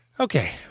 Okay